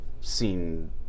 seen